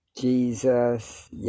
Jesus